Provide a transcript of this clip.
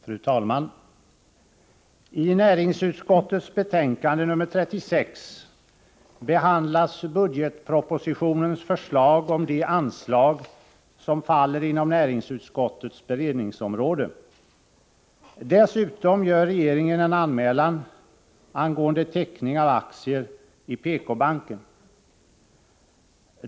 Fru talman! I näringsutskottets betänkande nr 36 behandlas budgetpropositionens förslag om de anslag som faller inom näringsutskottets beredningsområde. Dessutom gör regeringen en anmälan angående teckning av aktier i PK-banken.